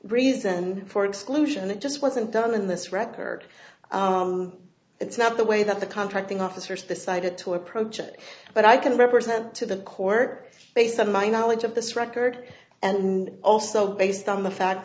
reason for exclusion it just wasn't done in this record it's not the way that the contracting officers decided to approach it but i can represent to the court based on my knowledge of this record and also based on the fact